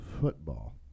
football